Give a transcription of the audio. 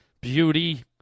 beauty